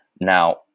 Now